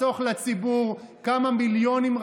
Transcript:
תחסוך לציבור כמה מיליונים,